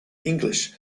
english